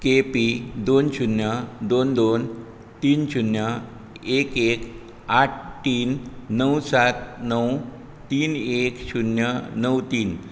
KP दोन शुन्य दोन दोन तीन शुन्य एक एक आठ तीन णव सात णव तीन एक शुन्य णव तीन